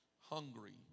hungry